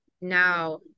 now